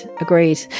agreed